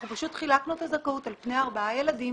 אנחנו פשוט חילקנו את הזכאות על פני ארבעה ילדים,